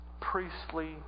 priestly